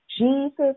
Jesus